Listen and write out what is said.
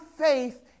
faith